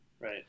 right